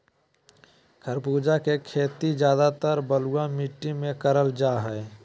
खरबूजा के खेती ज्यादातर बलुआ मिट्टी मे करल जा हय